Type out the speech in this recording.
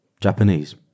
Japanese